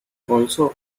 also